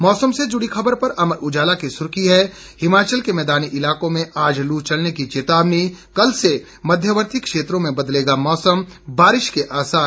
मौसम से जुड़ी खबर पर अमर उजाला की सुर्खी है हिमाचल के मैदानी इलाकों में आज लू चलने की चेतावनी कल से मध्यवर्तीय क्षेत्रों में बदलेगा मौसम बारिश के आसार